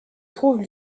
trouve